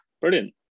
brilliant